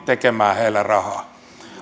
tekemään heillä rahaa